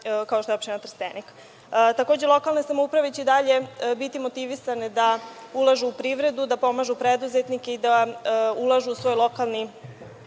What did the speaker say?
kao što je opština Trstenik. Takođe, lokalne samouprave će i dalje biti motivisane da ulažu u privredu, da pomažu preduzetnike i da ulažu u svoj lokalni